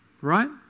right